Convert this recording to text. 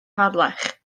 harlech